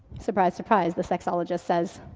surprise, surprise, the sexologist says.